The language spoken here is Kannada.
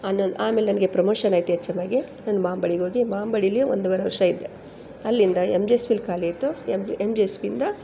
ಹನ್ನೊಂದು ಆಮೇಲೆ ನನಗೆ ಪ್ರಮೋಷನ್ ಆಯ್ತು ಎಚ್ ಎಮ್ ಆಗಿ ನಾನು ಮಾಬಳಿಗೋಗಿ ಮಾಬಳಿಲಿ ಒಂದ್ವರೆ ವರ್ಷ ಇದ್ದೆ ಅಲ್ಲಿಂದ ಎಮ್ ಜಿ ಎಸ್ ವಿಲಿ ಖಾಲಿಯಾಯಿತು ಎಮ್ ಎಮ್ ಜಿ ಎಸ್ ವಿಯಿಂದ